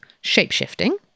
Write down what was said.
shape-shifting